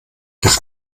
nach